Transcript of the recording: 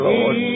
Lord